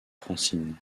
francine